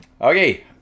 Okay